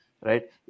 right